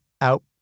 out